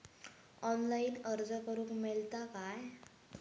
Online अर्ज करूक मेलता काय?